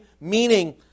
meaning